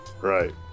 Right